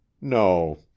No